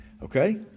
Okay